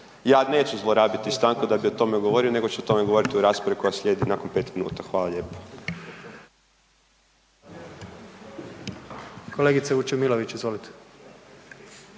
Ja neću zlorabiti stanku da bi o tome govorio, nego ću o tome govoriti u raspravi koja slijedi nakon 5 minuta. **Jandroković, Gordan (HDZ)** Kolegice Vučemilović, izvolite.